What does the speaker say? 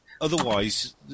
otherwise